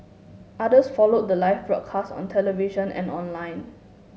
others followed the live broadcast on television and online